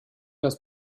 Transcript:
das